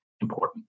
important